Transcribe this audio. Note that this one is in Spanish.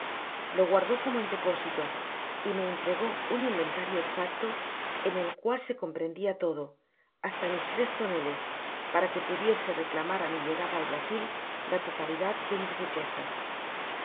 lo guardó como en depósito y me entregó un inventario exacto en el cual se comprendia lodo hasta mis tres toneles para que pudiese reclamar á mi llegada al brasil la totalidad de mis riquezas con